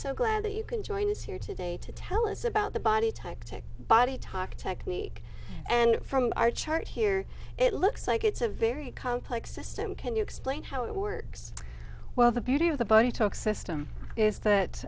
so glad that you can join us here today to tell us about the body type to body tuck technique and from our chart here it looks like it's a very complex system can you explain how it works well the beauty of the body talk system is